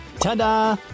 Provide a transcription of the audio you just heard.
Ta-da